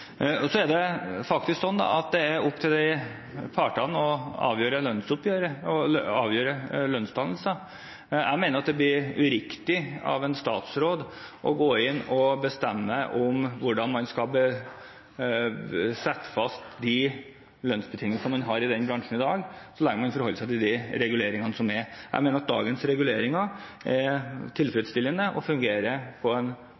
Så er det opp til partene å avgjøre lønnsoppgjøret og avgjøre lønnsdannelse. Jeg mener det blir uriktig av en statsråd å gå inn og bestemme hvordan man skal fastsette de lønnsbetingelsene man har i bransjen i dag, så lenge en forholder seg til de reguleringene som er. Jeg mener at dagens reguleringer er tilfredsstillende og fungerer på en